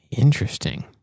Interesting